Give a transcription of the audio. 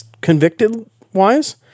convicted-wise